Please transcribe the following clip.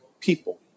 People